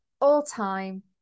all-time